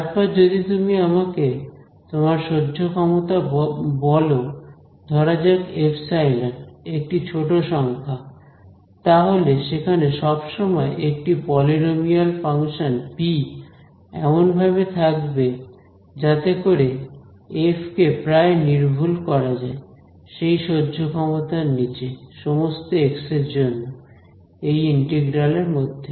তারপর যদি তুমি আমাকে তোমার সহ্য ক্ষমতা বল ধরা যাক এপসাইলন একটি ছোট সংখ্যা তাহলে সেখানে সব সময় একটি পলিনোমিয়াল ফাংশন পি এমন ভাবে থাকবে যাতে করে এফ কে প্রায় নির্ভুল করা যায় সেই সহ্য ক্ষমতার নিচে সমস্ত এক্স এর জন্য এই ইন্টিগ্রাল এর মধ্যে